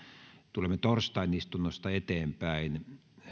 tulemme torstain istunnosta eteenpäin